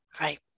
Right